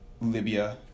Libya